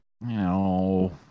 No